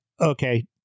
okay